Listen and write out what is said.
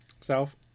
Self